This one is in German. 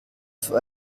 für